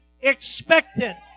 expected